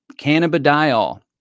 cannabidiol